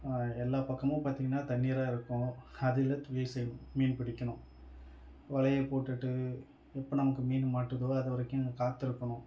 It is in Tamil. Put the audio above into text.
எல்லா பக்கமும் பார்த்திங்கன்னா தண்ணீராக இருக்கும் அதிலே தொழில் செய்யணும் மீன் பிடிக்கணும் வலையை போட்டுட்டு எப்போ நமக்கு மீன் மாட்டுதோ அதுவரைக்கும் அங்கே காத்து இருக்கணும்